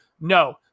no